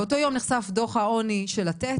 באותו יום נחשף דוח העוני של "לתת",